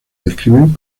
describen